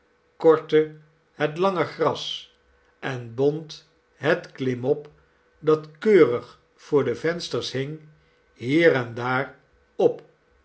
kortte het lange gras en bond het klimop dat treurig voor de vensters hing hier en daar op